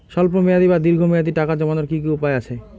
স্বল্প মেয়াদি বা দীর্ঘ মেয়াদি টাকা জমানোর কি কি উপায় আছে?